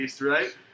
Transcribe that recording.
right